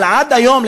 אבל עד היום,